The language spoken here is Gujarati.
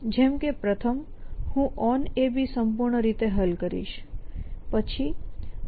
જેમ કે પ્રથમ હું OnAB સંપૂર્ણ રીતે હલ કરીશ પછી હું સંપૂર્ણપણે OnBC હલ કરીશ